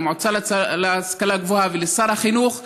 למועצה להשכלה גבוהה ולשר החינוך,